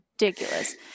ridiculous